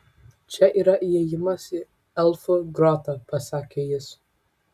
čia yra įėjimas į elfų grotą pasakė jis